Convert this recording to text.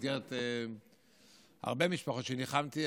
מתוך הרבה משפחות שניחמתי,